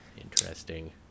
Interesting